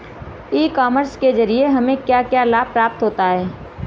ई commerce के ज़रिए हमें क्या क्या लाभ प्राप्त होता है?